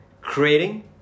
creating